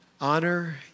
Honor